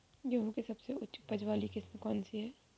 गेहूँ की सबसे उच्च उपज बाली किस्म कौनसी है?